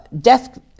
death